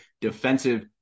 defensive